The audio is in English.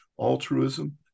altruism